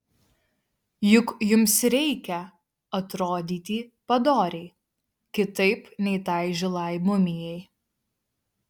juk jums reikia atrodyti padoriai kitaip nei tai žilai mumijai